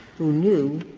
who knew